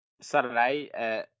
Saturday